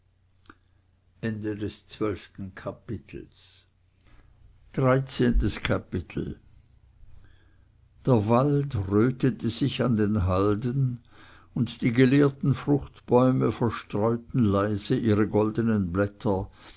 dreizehntes kapitel der wald rötete sich an den halden und die geleerten fruchtbäume verstreuten leise ihre goldenen blätter